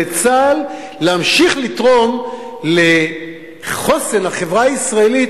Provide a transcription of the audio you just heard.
צה"ל" להמשיך לתרום לחוסן החברה הישראלית,